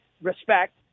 respect